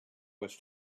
was